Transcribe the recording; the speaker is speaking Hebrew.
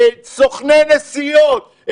סוכני נסיעות,